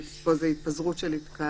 בחוק הזה זה על התפזרות של התקהלות,